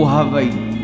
Hawaii